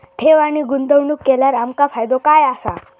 ठेव आणि गुंतवणूक केल्यार आमका फायदो काय आसा?